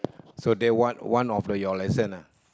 so that one one of your lesson ah